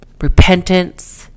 repentance